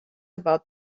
about